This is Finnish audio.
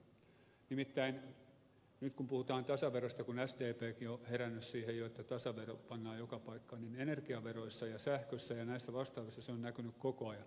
nimittäin nyt kun puhutaan tasaverosta kun sdpkin on jo herännyt siihen että tasavero pannaan joka paikkaan niin energiaveroissa ja sähkössä ja vastaavissa se on näkynyt koko ajan